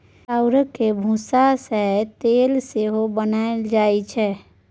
चाउरक भुस्सा सँ तेल सेहो बनाएल जाइ छै